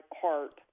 heart